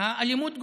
האלימות גוברת.